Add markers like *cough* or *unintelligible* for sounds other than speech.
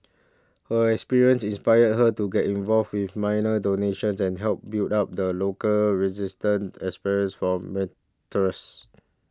her experience inspired her to get involved with minor donations and help build up the local register experience for *unintelligible*